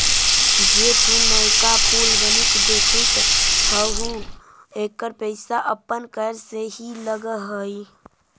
जे तु नयका पुल बनित देखित हहूँ एकर पईसा अपन कर से ही लग हई